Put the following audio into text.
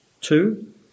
Two